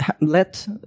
let